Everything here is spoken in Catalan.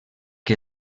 que